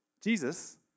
Jesus